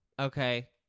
okay